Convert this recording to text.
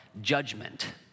judgment